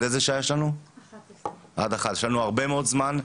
יש לנו עד שעה 13:00. יש לנו הרבה מאוד זמן.